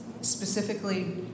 specifically